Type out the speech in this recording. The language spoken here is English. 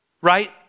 right